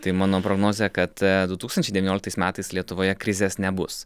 tai mano prognozė kad du tūkstančiai devynioliktais metais lietuvoje krizės nebus